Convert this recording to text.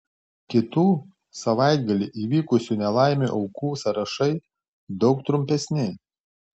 kitų savaitgalį įvykusių nelaimių aukų sąrašai daug trumpesni